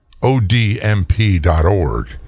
ODMP.org